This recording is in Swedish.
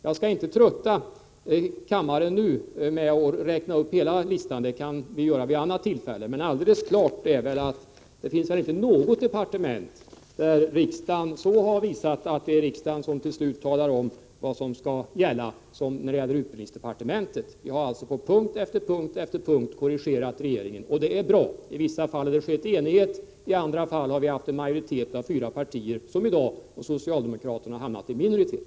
Jag skall inte trötta kammaren nu med att räkna upp hela listan, det kan jag göra vid ett annat tillfälle. Det är emellertid helt klart att det knappast finns något departement där riksdagen på ett sådant sätt som beträffande utbildningsdepartementet har visat att det är riksdagen som till slut talar om vad som skall gälla. Vi har alltså på punkt efter punkt korrigerat regeringen. Det är bra. I vissa fall har det skett i enighet, i andra fall har vi haft en majoritet bestående av fyra partier, som i dag, och socialdemokraterna har hamnat i minoritet.